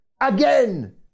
again